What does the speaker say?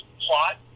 plot